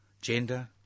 gender